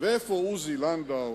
ואיפה עוזי לנדאו,